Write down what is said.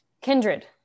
Kindred